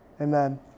Amen